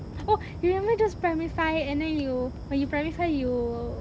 oh you remember those primary five and then you when you primary five you